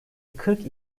kırk